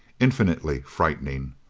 infinitely frightening.